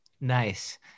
Nice